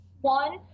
one